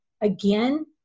again